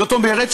זאת אומרת,